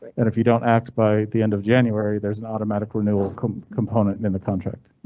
and if you don't act by the end of january, there's an automatic renewal component in the contract.